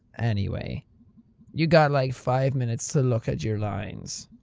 anyway you got like five minutes to look at your lines.